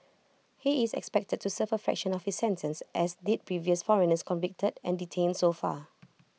he is expected to serve A of his sentence as did previous foreigners convicted and detained so far